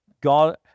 God